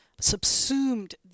subsumed